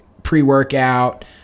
Pre-workout